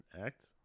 act